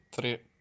tre